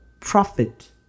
profit